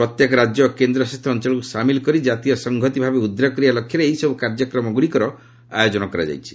ପ୍ରତ୍ୟେକ ରାଜ୍ୟ ଓ କେନ୍ଦ୍ରଶାସିତ ଅଞ୍ଚଳକୁ ସାମିଲ୍ କରି ଜାତୀୟ ସଂହତି ଭାବ ଉଦ୍ରେକ କରିବା ଲକ୍ଷ୍ୟରେ ଏହିସବୁ କାର୍ଯ୍ୟକ୍ରମଗୁଡ଼ିକର ଆୟୋଜନ କରାଯାଇଛି